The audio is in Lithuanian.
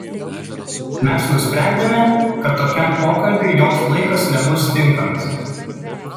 mes nusprendėme kad tokiam pokalbiui joks laikas nebus tinkamas